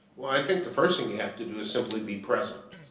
well, i think the first thing you have to do is simply be present.